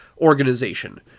Organization